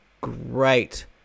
great